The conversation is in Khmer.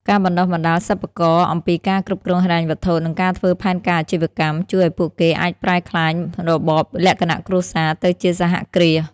ការបណ្ដុះបណ្ដាលសិប្បករអំពីការគ្រប់គ្រងហិរញ្ញវត្ថុ និងការធ្វើផែនការអាជីវកម្ម ជួយឱ្យពួកគេអាចប្រែក្លាយរបរលក្ខណៈគ្រួសារទៅជាសហគ្រាស។